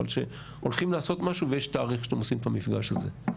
אבל שהולכים לעשות משהו ויש תאריך שאתם עושים את המפגש הזה.